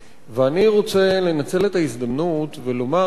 ואני רוצה לנצל את ההזדמנות ולומר: דווקא